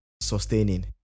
sustaining